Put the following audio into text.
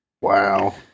Wow